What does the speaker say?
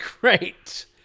great